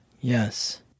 Yes